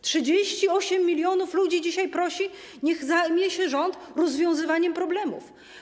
38 mln ludzi dzisiaj prosi: niech rząd zajmie się rozwiązywaniem problemów.